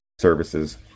services